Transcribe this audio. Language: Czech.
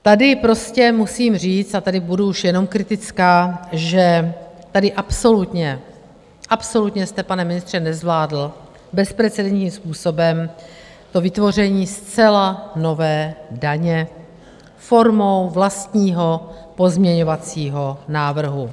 Tady prostě musím říct a tady budu už jenom kritická že tady absolutně jste, pane ministře, nezvládl bezprecedentním způsobem vytvoření zcela nové daně formou vlastního pozměňovacího návrhu.